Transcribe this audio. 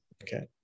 Okay